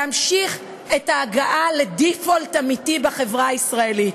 להמשיך את ההגעה ל-default אמיתי בחברה הישראלית: